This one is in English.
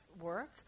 work